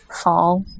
fall